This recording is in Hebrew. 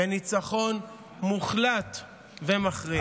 בניצחון מוחלט ומכריע.